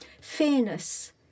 fairness